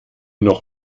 noch